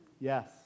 Yes